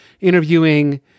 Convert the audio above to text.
interviewing